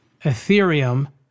Ethereum